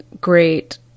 great